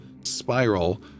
spiral